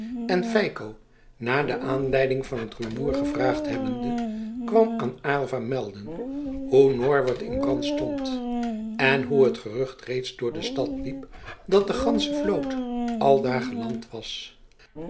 en feiko naar de aanleiding van het rumoer gevraagd hebbende kwam aan aylva melden hoe norwert in brand stond en hoe het gerucht reeds door de stad liep dat de gansche vloot aldaar geland was